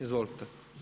Izvolite.